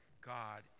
God